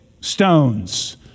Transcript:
stones